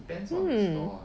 hmm